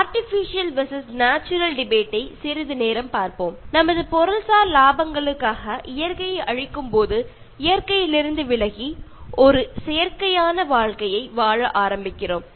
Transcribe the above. artificial versus natural debate டை சிறிது நேரம் பார்ப்போம் Refer Slide Time 0715 நமது பொருள்சார் லாபங்களுக்காக இயற்கையை அழிக்கும்போது இயற்கையிலிருந்து விலகி ஒரு செயற்கை வாழ்க்கையை வாழ ஆரம்பிக்கிறோம்